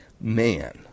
man